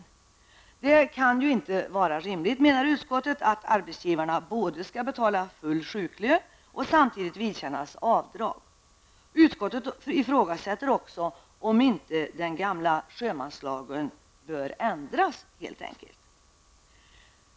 Enligt utskottet kan det ju inte vara rimligt att arbetsgivarna både skall betala full sjuklön och samtidigt vidkännas avdrag. Utskottet ifrågasätter också om inte den gamla sjömanslagen helt enkelt bör ändras.